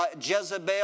Jezebel